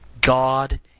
God